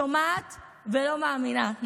שומעת ולא מאמינה.